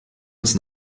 uns